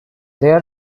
their